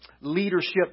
leadership